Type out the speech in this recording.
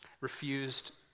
refused